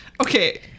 Okay